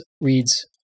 reads